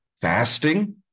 Fasting